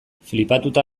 flipatuta